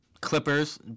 Clippers